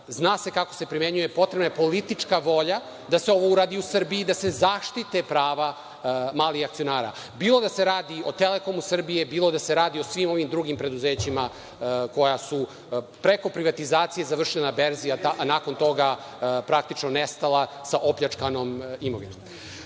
zna se kako se primenjuje. Potrebna je politička volja da se ovo uradi u Srbiji i da se zaštite prava malih akcionara, bilo da se radi o Telekomu Srbije, bilo da se radi o svim onim drugim preduzećima koja su preko privatizacije završila na berzi, a nakon toga praktično nestala sa opljačkanom imovinom. Zbog